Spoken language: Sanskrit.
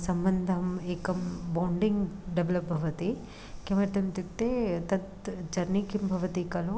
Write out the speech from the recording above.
सम्बन्धम् एकं बोण्डिङ्ग् डेवलप् भवति किमर्थम् इत्युक्ते तत् जर्नी किं भवति खलु